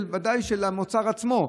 ודאי של המוצר עצמו,